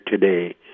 today